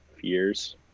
years